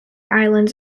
islands